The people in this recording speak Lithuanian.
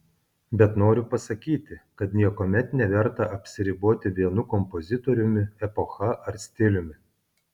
bet noriu pasakyti kad niekuomet neverta apsiriboti vienu kompozitoriumi epocha ar stiliumi